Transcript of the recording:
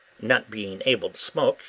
not being able to smoke,